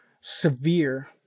severe